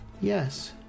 Yes